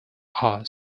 are